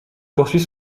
poursuit